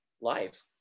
life